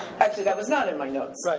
actually, that was not in my notes. right.